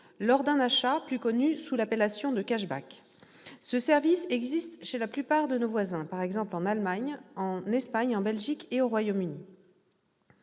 lors d'un achat, plus connu sous l'appellation «». Ce service existe chez la plupart de nos voisins, par exemple en Allemagne, en Espagne, en Belgique et au Royaume-Uni.